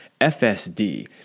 FSD